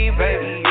baby